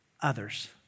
others